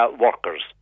workers